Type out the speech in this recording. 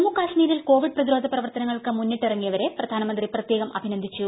ജമ്മുകശ്മീരിൽ കോവിഡ് പ്രതിരോധ പ്രവർത്തനങ്ങൾക്ക് മുന്നിട്ടിറങ്ങിയവരെ പ്രധാനമന്ത്രി പ്രത്യേകം അഭിനന്ദിച്ചു